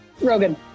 Rogen